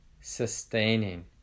sustaining